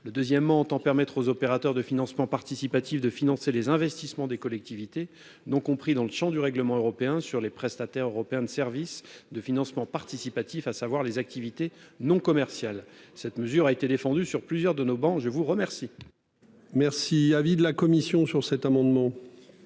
le 2ème entend permettre aux opérateurs de financement participatif de financer les investissements des collectivités donc compris dans le Champ du règlement européen sur les prestataires européens de services de financement participatif, à savoir les activités non commerciales, cette mesure a été défendue sur plusieurs de nos bancs. Je vous remercie.--